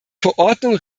verordnung